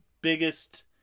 biggest